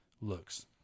looks